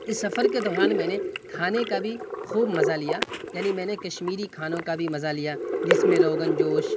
اس سفر کے دوران میں نے کھانے کا بھی خوب مزہ لیا یعنی میں نے کشمیری کھانوں کا بھی مزہ لیا جس میں روغن جوش